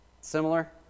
similar